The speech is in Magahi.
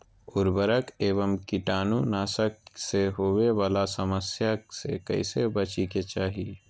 उर्वरक एवं कीटाणु नाशक से होवे वाला समस्या से कैसै बची के चाहि?